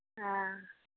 हँ